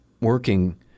working